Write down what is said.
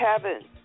Kevin